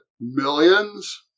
millions